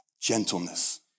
gentleness